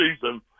season